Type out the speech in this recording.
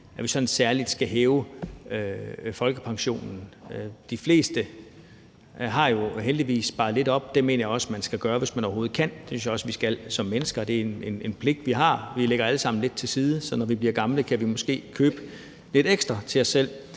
at vi sådan skal hæve folkepensionen særligt. De fleste har jo heldigvis sparet lidt op. Det mener jeg også man skal gøre, hvis man overhovedet kan. Det synes jeg vi skal som mennesker. Det er en pligt, vi har. Vi lægger allesammen lidt til side, så vi, når vi bliver gamle, måske kan købe lidt ekstra til os selv.